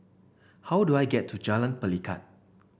how do I get to Jalan Pelikat